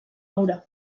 hura